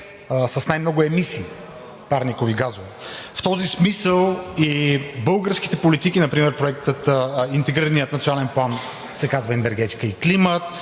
с най-много емисии – парникови газове. В този смисъл и българските политики – например Интегрираният национален план се казва „Енергетика и климат“,